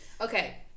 Okay